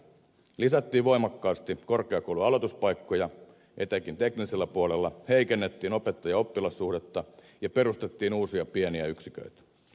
lisättiin voimakkaasti korkeakoulujen aloituspaikkoja etenkin teknisellä puolella heikennettiin opettajaoppilas suhdelukua ja perustettiin uusia pieniä yksiköitä